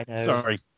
Sorry